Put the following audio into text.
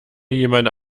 jemand